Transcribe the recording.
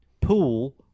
pool